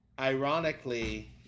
ironically